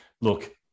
Look